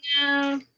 No